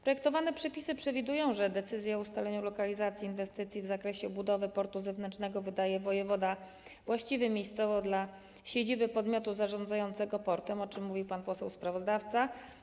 Projektowane przepisy przewidują, że decyzję o ustaleniu lokalizacji inwestycji w zakresie budowy portu zewnętrznego wydaje wojewoda właściwy miejscowo dla siedziby podmiotu zarządzającego portem, o czym mówił pan poseł sprawozdawca.